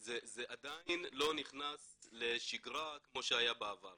זה עדיין לא נכנס לשגרה כפי שהיה בעבר